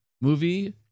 movie